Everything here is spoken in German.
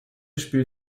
spielt